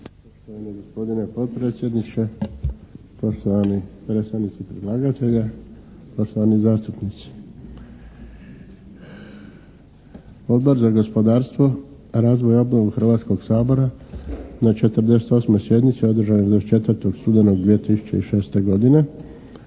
Poštovani gospodine potpredsjedniče, poštovani predstavnici predlagatelja, poštovani zastupnici. Odbor za gospodarstvo, razvoj i obnovu Hrvatskog sabora na 48. sjednici održanoj 24. studenog 2006. godine